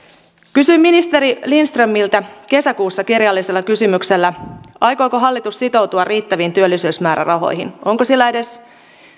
kysyin ministeri lindströmiltä kesäkuussa kirjallisella kysymyksellä aikooko hallitus sitoutua riittäviin työllisyysmäärärahoihin onko sillä edes